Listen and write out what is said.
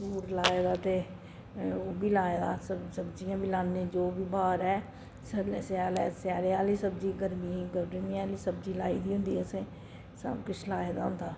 fruit लाए दा ते उब्भी लाए दा सब्जियां बी लान्ने जो बी ब्हार ऐ मतलब स्याला च स्यालें आह्ली सब्जी गर्मियें च गर्मियें आह्ली सब्जी लाई दी होंदी असें सब किश लाए दा होंदा